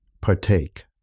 partake